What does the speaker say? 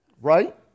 Right